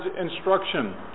instruction